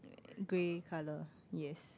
grey colour yes